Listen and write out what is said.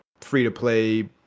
free-to-play